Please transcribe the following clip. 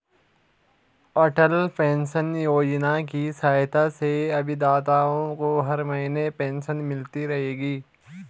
अटल pension Yojana की सहायता से अभिदाताओं को हर महीने पेंशन मिलती रहेगी